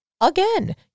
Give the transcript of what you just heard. again